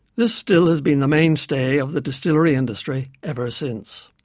this still has been the mainstay of the distillery industry ever since.